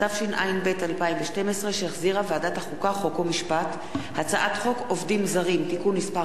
התשע"ב 2012, הצעת חוק עובדים זרים (תיקון מס'